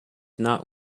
not